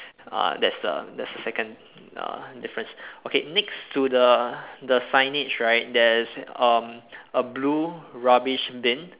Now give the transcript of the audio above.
uh that's the that's the second uh difference okay next to the the signage right there's um a blue rubbish bin